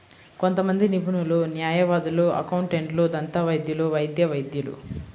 కొంతమంది నిపుణులు, న్యాయవాదులు, అకౌంటెంట్లు, దంతవైద్యులు, వైద్య వైద్యులు